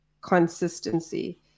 consistency